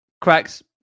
Cracks